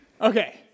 Okay